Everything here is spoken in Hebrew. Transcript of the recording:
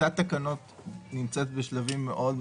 טיוטת תקנות נמצאת בשלבים מאוד,